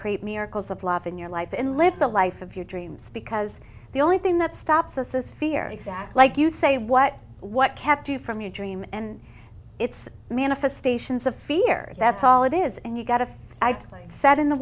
create miracles of love in your life and live the life of your dreams because the only thing that stops us is fear exact like you say what what kept you from your dream and it's manifestations of fear that's all it is and you've got a light set in the